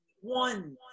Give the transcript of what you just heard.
one